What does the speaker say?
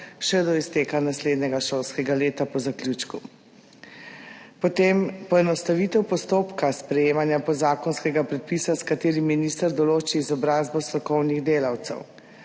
še do izteka naslednjega šolskega leta po zaključku. Potem poenostavitev postopka sprejemanja podzakonskega predpisa, s katerim minister določi izobrazbo strokovnih delavcev,